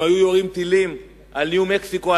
אם היו יורים טילים על ניו-מקסיקו,